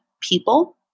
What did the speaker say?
people